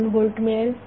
2 volt मिळेल